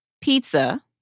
pizza